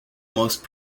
most